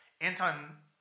Anton